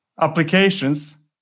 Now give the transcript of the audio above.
applications